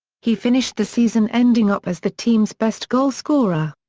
he finished the season ending up as the team's best goalscorer.